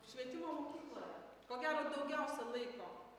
švietimo mokykloje ko gero daugiausia laiko